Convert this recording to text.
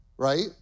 right